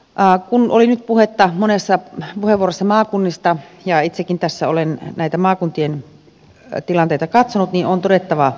kun oli nyt puhetta monessa puheenvuorossa maakunnista ja itsekin tässä olen näitä maakuntien tilanteita katsonut on todettava